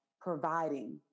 providing